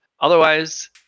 otherwise